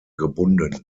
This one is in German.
gebunden